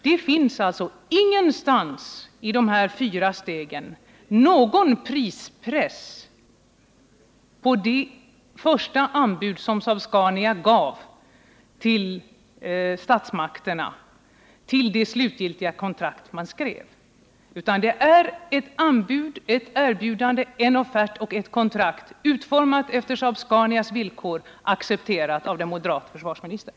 Det finns ingenstans i dessa fyra steg någon prispress på det första anbud som Saab-Scania gav statsmakterna fram till det slutgiltiga kontrakt som skrevs. Det är ett anbud, ett erbjudande, en offert och ett kontrakt, utformade efter Saab-Scanias villkor och accepterade av den moderate försvarsministern.